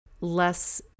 less